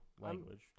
language